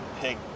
pig